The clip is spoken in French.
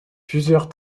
plusieurs